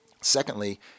Secondly